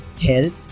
help